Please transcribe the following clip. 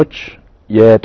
which yeah